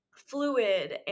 fluid